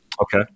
Okay